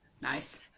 nice